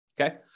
Okay